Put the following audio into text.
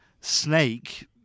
snake